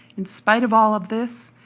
in spite of all of this,